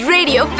Radio